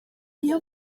iyo